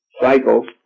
cycles